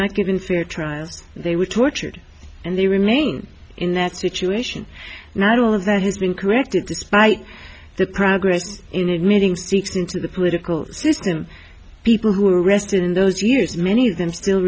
not given fair trials they were tortured and they remain in that situation not all of that has been corrected despite the progress in admitting siccing to the political system people who were arrested in those years many of them still